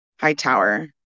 Hightower